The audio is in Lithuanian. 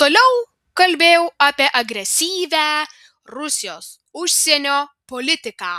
toliau kalbėjau apie agresyvią rusijos užsienio politiką